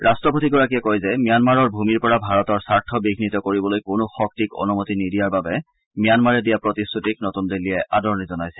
ৰাষ্ট্ৰপতিগৰাকীয়ে কয় যে ম্যানমাৰৰ ভূমিৰ পৰা ভাৰতৰ স্বাৰ্থ বিঘিত কৰিবলৈ কোনো শক্তিক অনুমতি নিদিয়াৰ বাবে ম্যানমাৰে দিয়া প্ৰতিশ্ৰুতিক নতুন দিল্লীয়ে আদৰণি জনাইছে